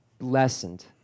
lessened